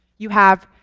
you have